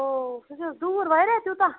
او سُہ چھِ حظ دوٗر واریاہ تیوٗتاہ